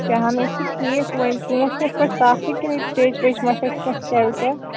تہِ ہانٕے چھِ ٹھیٖک وۅنۍ ژوٗنٹھۍ چھِ یِتھٕ پٲٹھۍ صافٕے کِنہٕ یِم چھِ ٹیٚچہِ ویٚچہِ ما چھَکھ کیٚنٛہہ سِکیب وِکیب